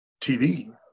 TV